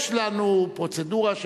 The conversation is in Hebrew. יש לנו פרוצדורה,